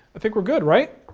i think we're good, right?